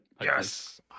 Yes